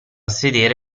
sedere